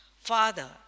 father